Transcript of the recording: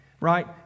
Right